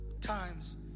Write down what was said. times